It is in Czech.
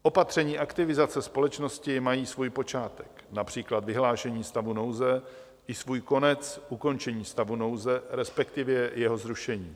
Opatření aktivizace společnosti mají svůj počátek, například vyhlášení stavu nouze, i svůj konec, ukončení stavu nouze, respektive jeho zrušení.